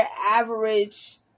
average